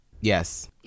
Yes